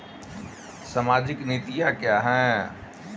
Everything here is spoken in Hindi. सामाजिक नीतियाँ क्या हैं?